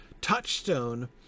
touchstone